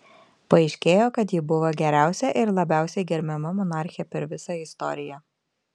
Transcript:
paaiškėjo kad ji buvo geriausia ir labiausiai gerbiama monarchė per visą istoriją